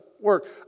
work